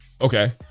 Okay